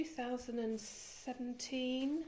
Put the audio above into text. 2017